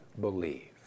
believe